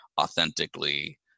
authentically